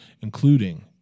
including